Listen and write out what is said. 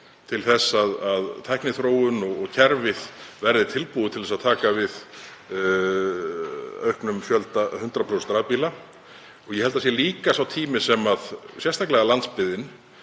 til þess að tækniþróun og kerfið verði tilbúið til að taka við auknum fjölda 100% rafbíla. Ég held að það sé líka sá tími sem sérstaklega landsbyggðin